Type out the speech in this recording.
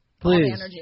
Please